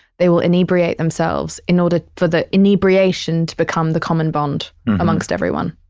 they will inebriate themselves in order for the inebriation to become the common bond amongst everyone.